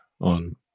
on